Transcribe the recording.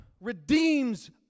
redeems